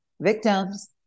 victims